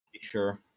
Sure